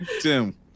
Tim